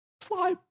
Slide